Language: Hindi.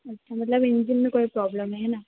अच्छा मतलब इंजन में कोई प्रॉब्लम नहीं है ना